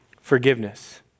forgiveness